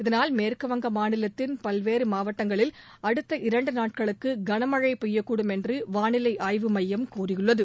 இதளால் மேற்குவங்க மாநிலத்தின் பல்வேறு மாவட்டங்களில் அடுத்த இரண்டு நாட்களுக்கு களமழை பெய்யக்கூடும் என்று வானிலை ஆய்வு மையம் கூறியுள்ளது